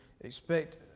expect